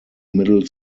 middle